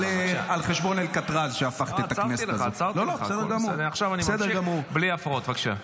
אתה יכול גם להוסיף לי, אני לגמרי סומך עליך.